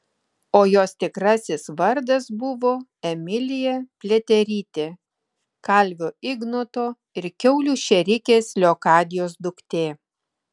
o jos tikrasis vardas buvo emilija pliaterytė kalvio ignoto ir kiaulių šėrikės leokadijos duktė